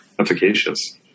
efficacious